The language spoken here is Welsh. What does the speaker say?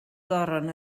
goron